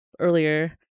Earlier